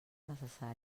necessari